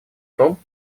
том